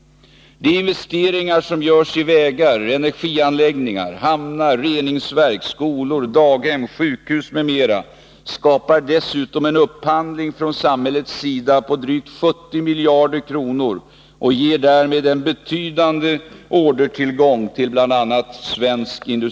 De investeringar som görs i vägar, energianläggningar, hamnar, reningsverk, skolor, daghem, sjukhus m.m. skapar dessutom en upphandling från samhällets sida på drygt 70 miljarder kronor och ger därmed bl.a. svensk industri en betydande ordertillgång.